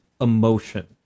emotion